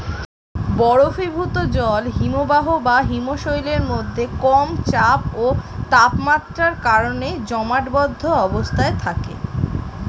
বরফীভূত জল হিমবাহ বা হিমশৈলের মধ্যে কম চাপ ও তাপমাত্রার কারণে জমাটবদ্ধ অবস্থায় থাকে